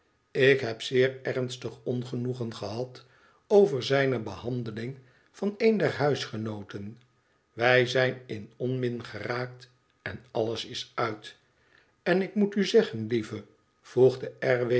tik heb zeer ernstig ongenoegen gehad over zijne behandeling van een der huisgenooten wij zijn in onmin geraakt en alles is uit ten ik moet u zeggen lieve voegde